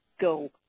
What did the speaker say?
go